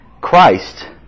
Christ